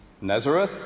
Nazareth